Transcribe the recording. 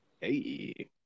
Hey